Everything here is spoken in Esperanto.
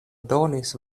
donis